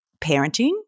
parenting